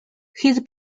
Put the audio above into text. his